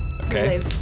Okay